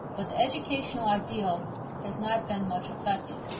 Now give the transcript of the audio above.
but the educational ideal has not been much affected.